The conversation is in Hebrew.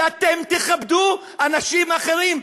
שאתם תכבדו אנשים אחרים,